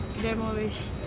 demolished